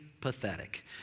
pathetic